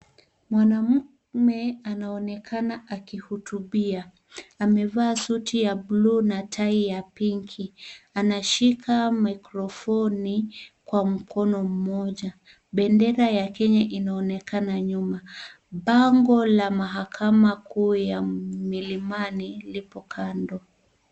Mwanamume anaonekana akihutubia amevaa suti ya blue na tai ya pinki anashika mikrofoni kwa mkono mmoja, bendera ya Kenya inaonekana nyuma, bango la mahakama kuu ya Milimani lipo kando.